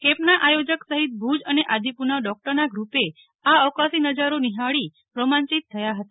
કેમ્પના આયોજક સહિત ભુજ અને આદિપુરના ડોક્ટરના ગ્રુપે આ અવકાશી નજારો નિહાળી રોમાંચિત થયા હતા